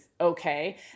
okay